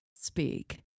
speak